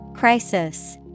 Crisis